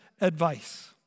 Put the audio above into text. advice